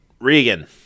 Regan